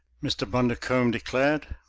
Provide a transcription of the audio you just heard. mr. bundercombe declared.